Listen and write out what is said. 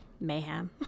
mayhem